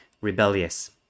rebellious